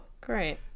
great